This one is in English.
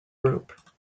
group